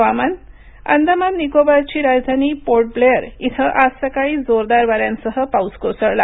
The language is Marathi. हवामान अंदमान निकोबारची राजधानी पोर्ट ब्लेअर इथं आज सकाळी जोरदार वाऱ्यांसह पाऊस कोसळला